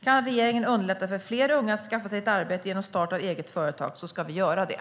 Kan regeringen underlätta för fler unga att skaffa sig ett arbete genom start av eget företag ska vi göra det.